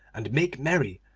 and make merry,